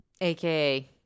aka